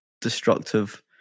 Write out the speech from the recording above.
destructive